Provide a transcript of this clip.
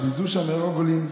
הרב זושא מרגולין,